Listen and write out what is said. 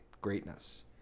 greatness